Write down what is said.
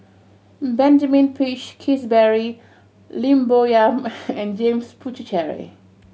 Benjamin Peach Keasberry Lim Bo Yam and James Puthucheary